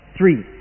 Three